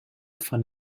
von